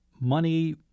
money